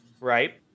Right